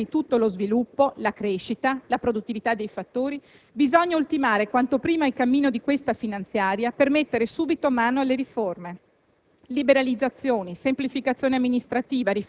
Se dunque l'oggetto di un nuovo patto sociale è innanzi tutto lo sviluppo, la crescita, la produttività dei fattori, bisogna ultimare quanto prima il cammino di questa finanziaria per mettere subito mano alle riforme